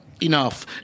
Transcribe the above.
enough